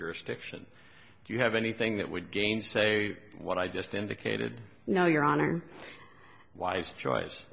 jurisdiction do you have anything that would gain say what i just indicated you know your honor wise choice